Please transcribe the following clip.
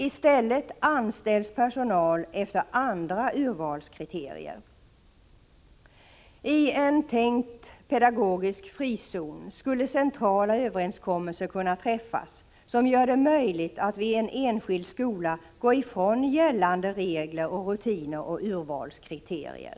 I stället anställs personal efter andra urvalskriterier. I en tänkt pedagogisk frizon skulle centrala överenskommelser kunna träffas som gör det möjligt att vid en enskild skola gå ifrån gällande regler, rutiner och urvalskriterier.